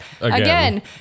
Again